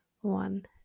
one